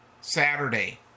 Saturday